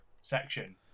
section